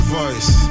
voice